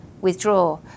withdraw